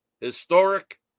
historic